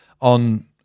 on –